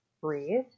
breathe